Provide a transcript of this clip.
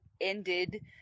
ended